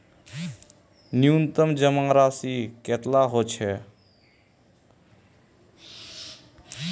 न्यूनतम जमा राशि कतेला होचे?